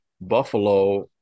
Buffalo